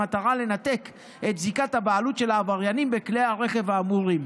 במטרה לנתק את זיקת הבעלות של העבריינים בכלי הרכב האמורים.